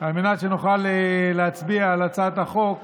על מנת שנוכל להצביע על הצעת החוק